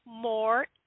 more